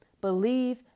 believe